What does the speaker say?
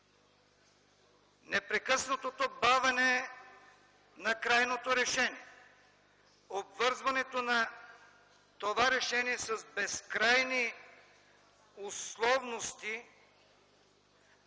Непрекъснатото бавене на крайното решение, обвързването на това решение с безкрайни условности,